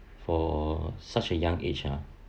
for such a young age ah